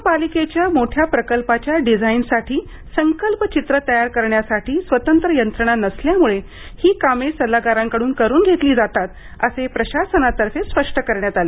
महापालिकेच्या मोठ्या प्रकल्पाच्या डिझाइनसाठी संकल्पचित्र तयार करण्यासाठी स्वतंत्र यंत्रणा नसल्यामुळे ही कामे सल्लागारांकडून करून घेतली जातात असे प्रशासनातर्फे स्पष्ट करण्यात आले